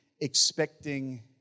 expecting